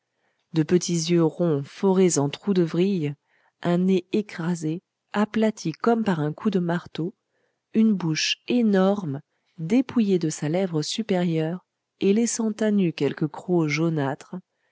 de petits yeux ronds forés en trous de vrille un nez écrasé aplati comme par un coup de marteau une bouche énorme dépouillée de sa lèvre supérieure et laissant à nu quelques crocs jaunâtres